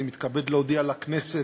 אני מתכבד להודיע לכנסת,